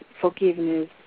forgiveness